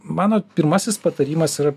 mano pirmasis patarimas yra